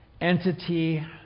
entity